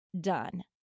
done